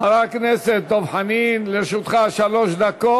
חבר הכנסת דב חנין, לרשותך שלוש דקות.